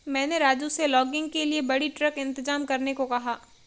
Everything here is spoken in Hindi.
मैंने राजू से लॉगिंग के लिए बड़ी ट्रक इंतजाम करने को कहा है